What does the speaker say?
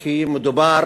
כי מדובר